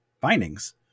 findings